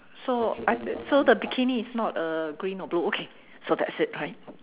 so I the so the bikini is not uh green or blue okay so that's it bye